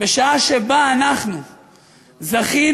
בשעה שבה אנחנו זכינו,